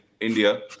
India